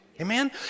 Amen